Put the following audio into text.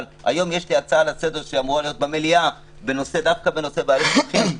אבל היום יש לי הצעה לסדר שאמורה להיות במליאה דווקא נושא בעיות ---.